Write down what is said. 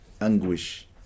anguish